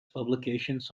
publications